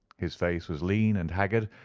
his face was lean and haggard,